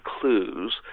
clues